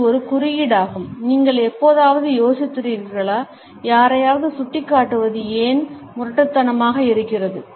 இது ஒரு குறியீடாகும் நீங்கள் எப்போதாவது யோசித்திருக்கிறீர்களா யாரையாவது சுட்டிக்காட்டுவது ஏன் முரட்டுத்தனமாக இருக்கிறது